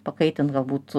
pakaitint galbūt